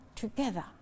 together